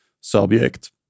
subject